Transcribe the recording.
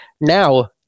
now